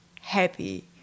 happy